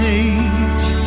age